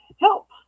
Help